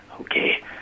Okay